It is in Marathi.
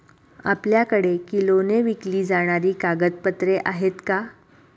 आपल्याकडे किलोने विकली जाणारी कागदपत्रे आहेत का?